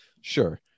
sure